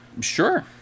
Sure